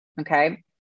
okay